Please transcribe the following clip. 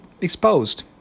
exposed